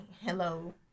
Hello